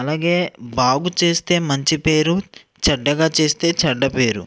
అలాగే బాబు చేస్తే మంచి పేరు చెడ్డగా చేస్తే చెడ్డ పేరు